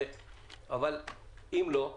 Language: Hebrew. אבל אם לא,